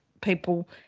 people